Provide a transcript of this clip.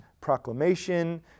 proclamation